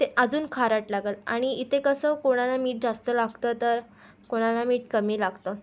ते अजून खारट लागेल आणि इथे कसं कोणाला मीठ जास्त लागतं तर कोणाला मीठ कमी लागतं